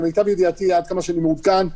למיטב ידיעתי ועד כמה שאני מעודכן,